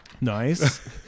Nice